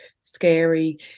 scary